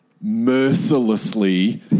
mercilessly